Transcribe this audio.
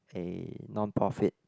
a non profit